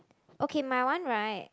okay my one right